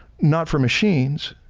not for machines,